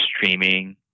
streaming